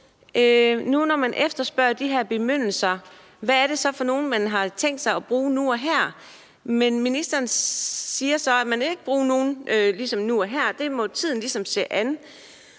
hvor man efterspørger de her bemyndigelser, hvad er det så for nogle, man har tænkt sig at bruge nu og her? Men ministeren siger så, at man ikke ligesom vil bruge nogen nu og her, det må tiden vise.